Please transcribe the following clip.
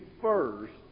first